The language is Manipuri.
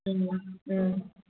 ꯎꯝ ꯎꯝ